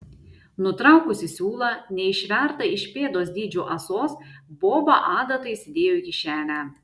nutraukusi siūlą neišvertą iš pėdos dydžio ąsos boba adatą įsidėjo į kišenę